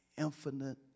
infinite